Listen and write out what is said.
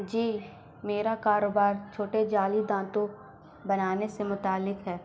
جی میرا کاروبار چھوٹے جعلی دانتوں بنانے سے متعلق ہے